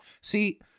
see